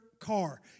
car